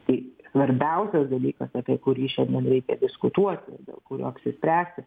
tai svarbiausias dalykas apie kurį šiandien reikia diskutuoti kurio apsispręsti